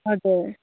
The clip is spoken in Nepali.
हजुर